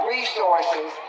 Resources